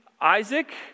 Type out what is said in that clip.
Isaac